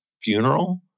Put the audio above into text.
funeral